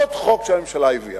עוד חוק שהממשלה הביאה.